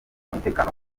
umutekano